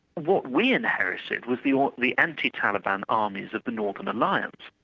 what we inherited was the ah the anti-taliban armies of the northern alliance,